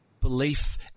belief